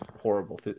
horrible